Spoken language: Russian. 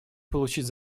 получить